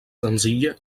senzilla